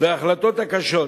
וההחלטות הקשות,